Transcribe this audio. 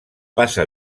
passa